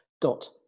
dot